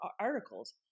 articles